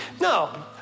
no